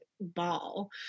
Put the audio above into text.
ball